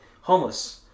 homeless